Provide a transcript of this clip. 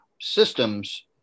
systems